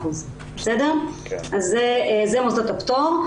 זה מוסדות הפטור.